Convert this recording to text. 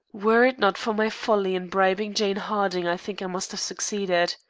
were it not for my folly in bribing jane harding i think i must have succeeded.